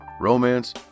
romance